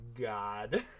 God